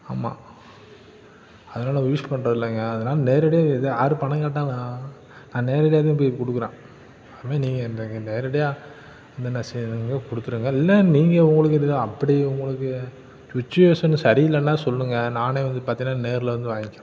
ஆமாம் அதனால் யூஸ் பண்ணுறதில்லேங்க அதெலாம் நேரடியாக இது யாரும் பணம் கேட்டாங்கன்னாலும் நான் நேரடியாக போய் கொடுக்கறேன் அதுமாரி நீங்கள் எனக்கு நேரடியாக என்னென்ன செய்யணுங்றது கொடுத்துருங்க இல்லைன்னா நீங்கள் உங்களுக்கு இது அப்படி உங்களுக்கு சுச்வேஷன் சரியில்லைன்னா சொல்லுங்க நான் வந்து பார்த்திங்கன்னா நேரில் வந்து வாங்கிறோம்